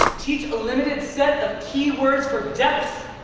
teach a limited set of key words for depth,